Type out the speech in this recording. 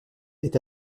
est